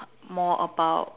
more about